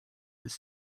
his